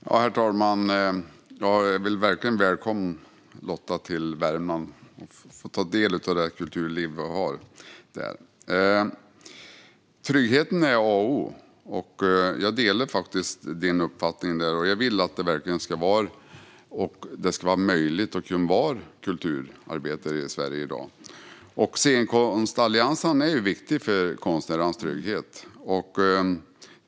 Herr ålderspresident! Jag välkomnar verkligen Lotta till Värmland så att hon får ta del av det kulturliv som vi har där. Tryggheten är A och O. Jag delar Lotta Finstorps uppfattning. Jag vill verkligen att det ska kunna vara möjligt att vara kulturarbetare i Sverige i dag. Scenkonstallianserna är viktiga för konstnärernas trygghet.